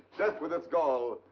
death with its gall.